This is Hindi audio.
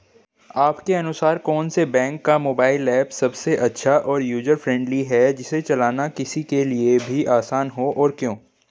आपके अनुसार कौन से बैंक का मोबाइल ऐप सबसे अच्छा और यूजर फ्रेंडली है जिसे चलाना किसी के लिए भी आसान हो और क्यों?